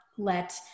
let